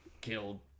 killed